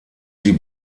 sie